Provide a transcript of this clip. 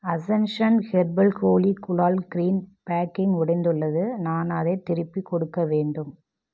ascension herbal Holi gulal green packing உடைந்துள்ளது நான் அதைத் திருப்பிக் கொடுக்க வேண்டும்